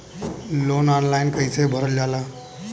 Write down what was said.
Loan online कइसे भरल जाला?